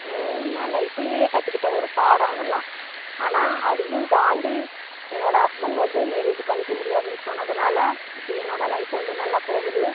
நான் லைஃப்லேயே கற்றுக்கிட்ட ஒரு பாடம் அதெல்லாம் ஆனால் அதையும் தாண்டி என்னோட ஹஸ்பண்ட் வந்து மேரேஜ் பண்ணிக்க முடியாதுன்னு சொன்னதுனால இப்போ என்னோட லைஃப் வந்து நல்லா போகுது